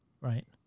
right